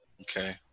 Okay